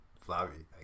flabby